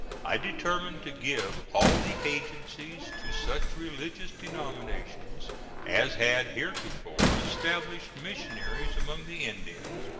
i determined to give all the agencies to such religious denominations as had heretofore established missionaries among the indians,